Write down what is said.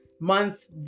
Months